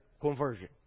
conversion